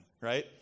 right